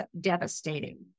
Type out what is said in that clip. devastating